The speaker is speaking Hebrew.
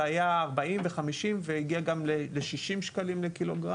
היה 40 ו-50 והגיע גם ל-60 שקלים לק"ג.